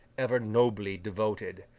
ever nobly devoted.